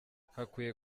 hakwiye